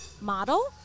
model